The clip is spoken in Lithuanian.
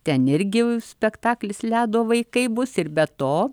ten irgi spektaklis ledo vaikai bus ir be to